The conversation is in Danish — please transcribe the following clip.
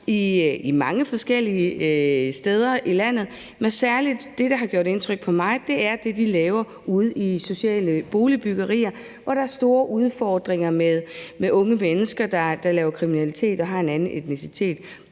mange forskellige steder i landet. Men det, der særlig gør indtryk på mig, er det, de laver ude i sociale boligbyggerier, hvor der er store udfordringer med unge mennesker, der laver kriminalitet og har en anden etnicitet